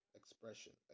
expression